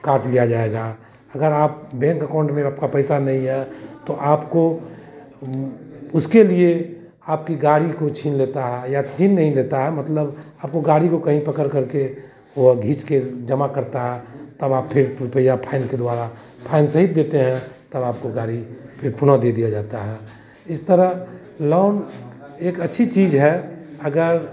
काट लिया जाएगा अगर आप बेंक अकाउंट में आपका पैसा नहीं है तो आपको उसके लिए आपकी गाड़ी को छीन लेता है या छीन नहीं लेता है मतलब आपको गाड़ी को कहीं पकड़कर के वह घिस कर जमा करता है तब आप फिर रुपैया फइल के द्वारा फइल सहित देते हैं तब आपको गाड़ी फिर पुनः दे दिया जाता है इस तरह लोन एक अच्छी चीज़ है अगर